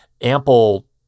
ample